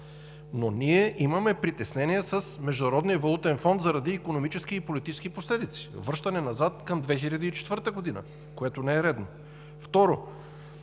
Но ние имаме притеснения с Международния валутен фонда заради икономически и политически последици – връщане назад към 2004 г., което не е редно.